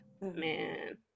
Man